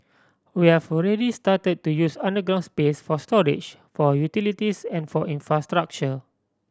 we're started to use underground space for storage for utilities and for infrastructure